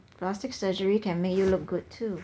plastic surgery can make you look good too